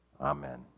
Amen